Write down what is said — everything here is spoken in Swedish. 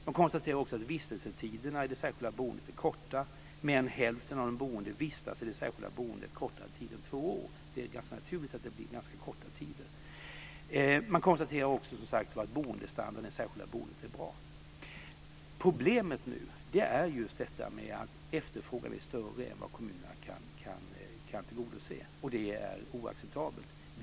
Man konstaterar också att vistelsetiderna i det särskilda boendet är korta. Mer än hälften av de boende vistas i det särskilda boendet kortare tid än två år. Det är ganska naturligt att det blir ganska korta tider. Man konstaterar också, som sagt, att boendestandarden i det särskilda boendet är bra. Problemet nu är just att efterfrågan är större än vad kommunerna kan tillgodose, och det är oacceptabelt.